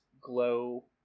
glow